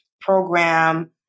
program